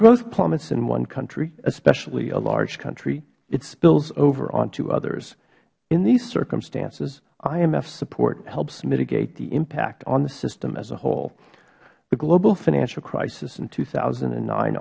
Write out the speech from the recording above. growth plummets in one country especially a large country it spills over on to others in these circumstances imf support helps mitigate the impact on the system as a whole the global financial crisis in two thousand and nine